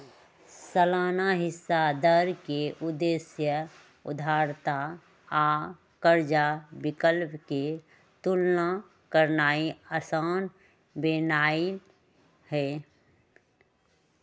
सालाना हिस्सा दर के उद्देश्य उधारदाता आ कर्जा विकल्प के तुलना करनाइ असान बनेनाइ हइ